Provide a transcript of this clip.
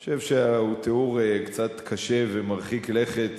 אני חושב שהוא תיאור קצת קשה ומרחיק לכת